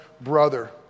brother